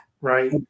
Right